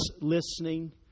listening